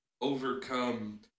overcome